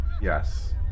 yes